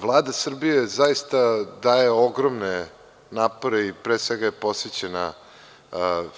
Vlada Srbije zaista daje ogromne napore i pre svega je posvećena